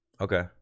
Okay